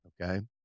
Okay